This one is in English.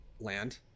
land